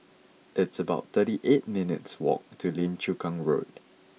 it's about thirty eight minutes' walk to Lim Chu Kang Road